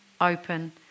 open